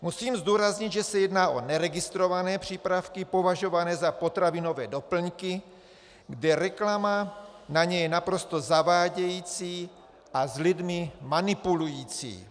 Musím zdůraznit, že se jedná o neregistrované přípravky považované za potravinové doplňky, kde reklama na ně je naprosto zavádějící a s lidmi manipulující.